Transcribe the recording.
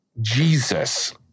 Jesus